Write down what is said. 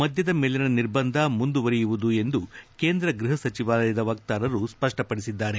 ಮದ್ಲದ ಮೇಲಿನ ನಿರ್ಬಂಧಗಳು ಮುಂದುವರೆಯಲಿದೆ ಎಂದು ಕೇಂದ್ರ ಗೃಹ ಸಚಿವಾಲಯದ ವಕ್ತಾರರು ಸ್ಪಷ್ಪಪಡಿಸಿದ್ದಾರೆ